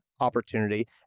opportunity